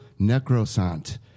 necrosant